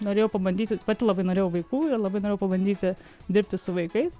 norėjau pabandyti pati labai norėjau vaikų ir labai norėjau pabandyti dirbti su vaikais